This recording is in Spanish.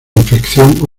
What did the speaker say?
infección